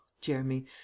Jeremy